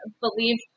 believe